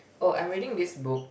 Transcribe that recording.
oh I'm reading this book